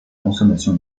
consommation